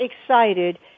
excited